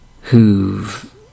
who've